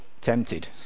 tempted